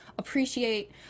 appreciate